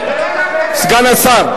סגן השר.